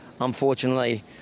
unfortunately